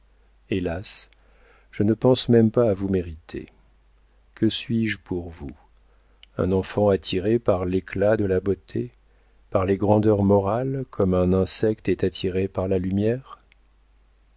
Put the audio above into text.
hélas je ne pense même pas à vous mériter que suis-je pour vous un enfant attiré par l'éclat de la beauté par les grandeurs morales comme un insecte est attiré par la lumière